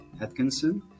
Atkinson